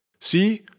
See